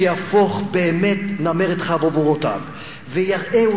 שיהפוך באמת נמר את חברבורותיו ויראה,